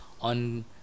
on